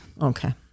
Okay